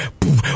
boom